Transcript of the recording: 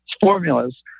formulas